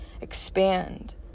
expand